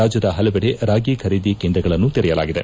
ರಾಜ್ಯದ ಹಲವೆಡೆ ರಾಗಿ ಖರೀದಿ ಕೇಂದ್ರಗಳನ್ನು ತೆರೆಯಲಾಗಿದೆ